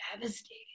devastating